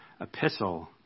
epistle